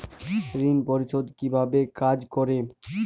ঋণ পরিশোধ কিভাবে কাজ করে?